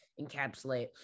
encapsulate